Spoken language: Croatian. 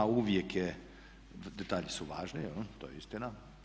Uvijek je, detalji su važni, to je istina.